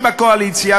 פתוחים.